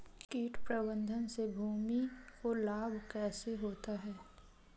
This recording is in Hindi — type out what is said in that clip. कीट प्रबंधन से भूमि को लाभ कैसे होता है?